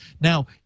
Now